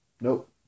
nope